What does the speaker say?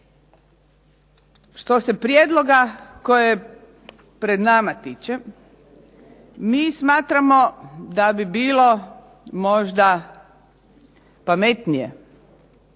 Što se prijedloga koji je pred nama tiče, mi smatramo da bi bilo možda pametnije,